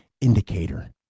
indicator